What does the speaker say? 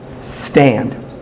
stand